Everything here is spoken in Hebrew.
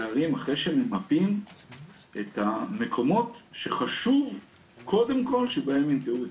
להרים אחרי שממפים את המקומות שחשוב קודם כל שבהם יינטעו עצים.